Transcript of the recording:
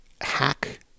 hack